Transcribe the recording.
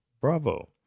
Bravo